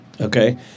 Okay